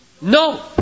No